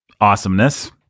awesomeness